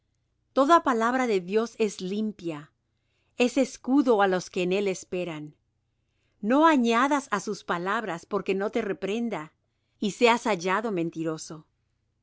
toda palabra de dios es limpia es escudo á los que en él esperan no añadas á sus palabras porque no te reprenda y seas hallado mentiroso